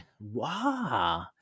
wow